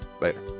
Later